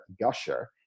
gusher